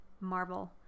marvel